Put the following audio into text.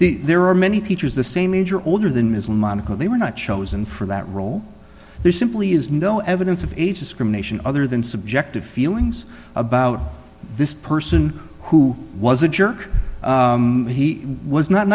there are many teachers the same age or older than ms in monaco they were not chosen for that role there simply is no evidence of age discrimination other than subjective feelings about this person who was a jerk he was not